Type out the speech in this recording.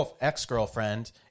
ex-girlfriend